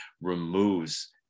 removes